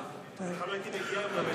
אנחנו צריכים לסכם את הדיון.